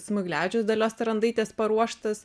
smuglevičiaus dalios tarandaitės paruoštas